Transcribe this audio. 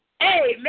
Amen